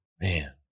Man